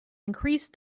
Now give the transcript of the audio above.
increased